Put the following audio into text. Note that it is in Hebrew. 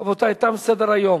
רבותי, תם סדר-היום.